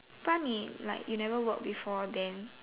but me like never before then then